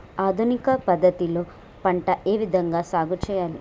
ఆధునిక పద్ధతి లో పంట ఏ విధంగా సాగు చేయాలి?